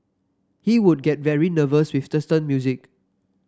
he would get very nervous with certain music